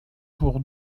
pour